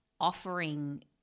offering